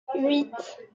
huit